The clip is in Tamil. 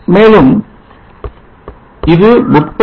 மேலும் இது 30